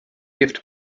gift